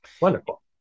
Wonderful